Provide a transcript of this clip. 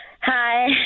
Hi